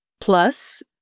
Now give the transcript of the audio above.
Plus